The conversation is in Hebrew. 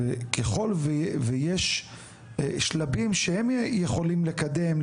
וככל ויש שלבים שהם יכולים לקדם,